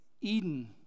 Eden